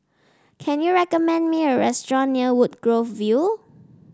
can you recommend me a restaurant near Woodgrove View